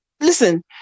listen